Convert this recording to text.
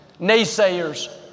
Naysayers